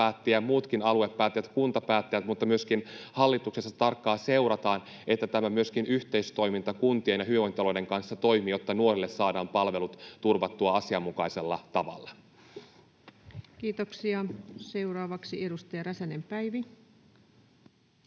muutkin aluepäättäjät, kuntapäättäjät, mutta myöskin hallituksessa — tarkkaan seurataan, että myöskin tämä yhteistoiminta kuntien ja hyvinvointialueiden kanssa toimii, jotta nuorille saadaan palvelut turvattua asianmukaisella tavalla. Kiitoksia. — Seuraavaksi edustaja Räsänen, Päivi.